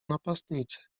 napastnicy